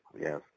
Yes